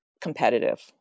competitive